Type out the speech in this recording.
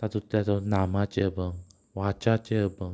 ताचो तेचो नामाचे अभंग वाच्याचे अभंग